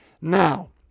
Now